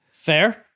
Fair